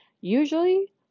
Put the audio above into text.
Usually